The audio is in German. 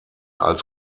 als